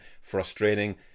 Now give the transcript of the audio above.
frustrating